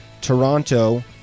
Toronto